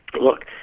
look